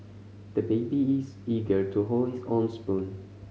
the baby is eager to hold his own spoon